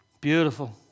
Beautiful